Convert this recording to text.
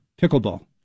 Pickleball